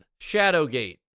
Shadowgate